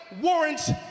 warrants